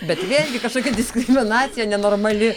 bet vėlgi kažkokia diskriminacija nenormali